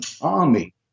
army